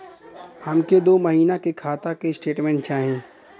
हमके दो महीना के खाता के स्टेटमेंट चाही?